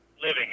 living